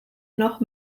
noch